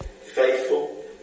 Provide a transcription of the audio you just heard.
faithful